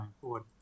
forward